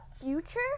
future